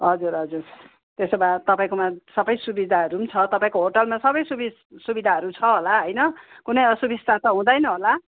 हजुर हजुर त्यसो भए तपाईँकोमा सबै सुविधाहरू पनि छ तपाईँको होटलमा सबै सुवि सुविधाहरू छ होला होइन कुनै असुविस्ता त हुँदैन होला